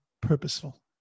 purposeful